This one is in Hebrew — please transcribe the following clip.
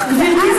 גברתי,